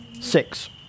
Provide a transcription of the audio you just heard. Six